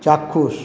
চাক্ষুষ